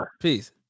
Peace